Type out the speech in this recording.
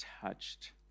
touched